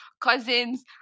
cousins